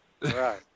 Right